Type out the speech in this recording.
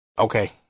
Okay